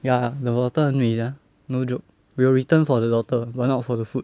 ya the daughter 很美 sia no joke will return for the daughter but not for the food